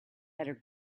better